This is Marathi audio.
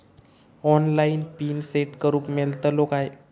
ऑनलाइन पिन सेट करूक मेलतलो काय?